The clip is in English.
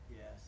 Yes